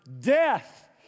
death